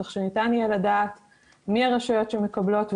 כך שניתן יהיה לדעת מי הרשויות שמקבלות,